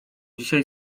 dzisiaj